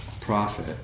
profit